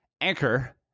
Anchor